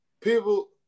people